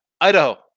Idaho